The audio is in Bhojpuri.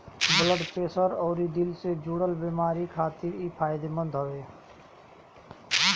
ब्लड प्रेशर अउरी दिल से जुड़ल बेमारी खातिर इ फायदेमंद हवे